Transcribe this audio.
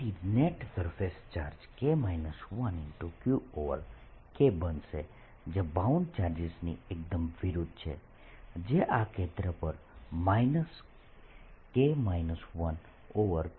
તેથી net surface charge QK બનશે જે બાઉન્ડ ચાર્જીસની એકદમ વિરુદ્ધ છે જે આ કેન્દ્ર પર KQ છે